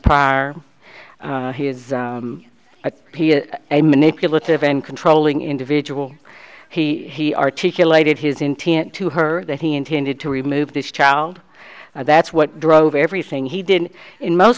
prior he is but a manipulative and controlling individual he articulated his intent to her that he intended to remove this child and that's what drove everything he did in most